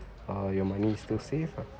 uh your money is still safe ah